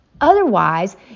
Otherwise